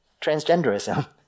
transgenderism